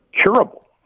curable